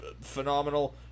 phenomenal